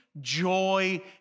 joy